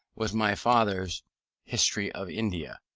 was my father's history of india.